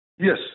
Yes